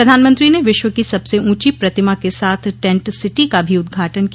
प्रधानमंत्री ने विश्व की सबसे ऊंची प्रतिमा के साथ टैंट सिटी का भी उद्घाटन किया